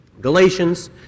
Galatians